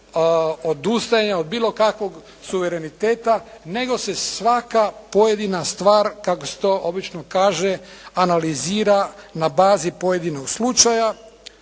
odustajanja od bilo kakvog suvereniteta nego se svaka pojedina stvar kako se to obično kaže analizira na bazi pojedinog slučaja